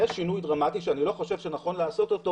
זה שינוי דרמטי שאני לא חושב שנכון לעשות אותו